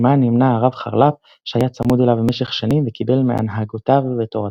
עימה נמנה הרב חרל"פ שהיה צמוד אליו במשך שנים וקיבל מהנהגותיו ותורתו.